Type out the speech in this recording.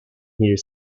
here